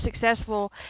successful